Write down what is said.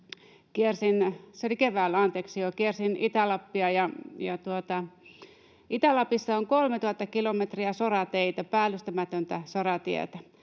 kiersin Itä-Lappia. Itä-Lapissa on 3 000 kilometriä sorateitä, päällystämätöntä soratietä.